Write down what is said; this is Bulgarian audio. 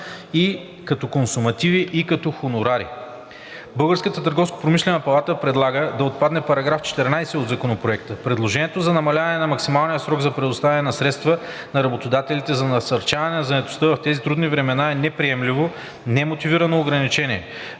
и като консумативи, и като хонорари. Българската търговско-промишлена палата предлага да отпадне § 14 от Законопроекта. Предложението за намаляване на максималния срок за предоставяне на средства на работодателите за насърчаване на заетостта в тези трудни времена е неприемливо, немотивирано ограничение